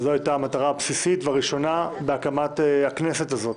זו הייתה המטרה הבסיסית והראשונה בהקמת הכנסת הזאת.